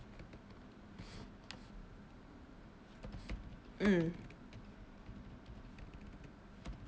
mm